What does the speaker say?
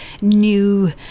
new